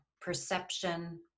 perception